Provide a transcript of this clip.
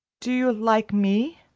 do you like me?